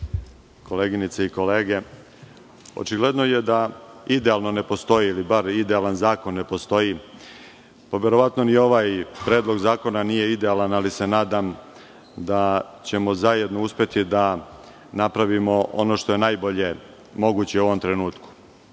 koleginice i kolege, očigledno je da idealno ne postoji ili bar idealan zakon ne postoji, pa verovatno ni ovaj predlog zakona nije idealan, ali se nadam da ćemo zajedno uspeti da napravimo ono što je najbolje moguće u ovom trenutku. Očigledno